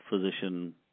physician